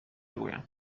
بگویم